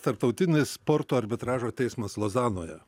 tarptautinis sporto arbitražo teismas lozanoje